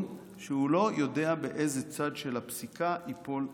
שהוא לא יודע באיזה צד של הפסיקה ייפול התיקון.